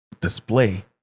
display